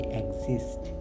exist